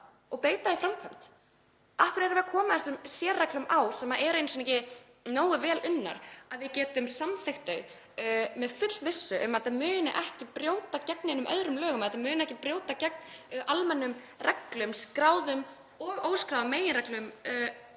og beita í framkvæmd? Af hverju erum við að koma þessum sérreglum á sem eru ekki einu sinni nógu vel unnar til að við getum samþykkt þetta með fullvissu um að það muni ekki brjóta gegn neinum öðrum lögum, að þetta muni ekki brjóta gegn almennum reglum, skráðum og óskráðum meginreglum